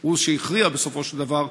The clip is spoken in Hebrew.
שהוא שהכריע בסופו של דבר,